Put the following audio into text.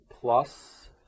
plus